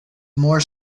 more